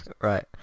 right